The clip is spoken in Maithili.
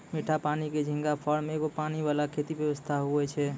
मीठा पानी के झींगा फार्म एगो पानी वाला खेती व्यवसाय हुवै छै